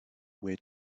way